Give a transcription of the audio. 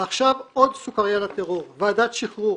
ועכשיו עוד סוכרייה לטרור ועדת שחרור.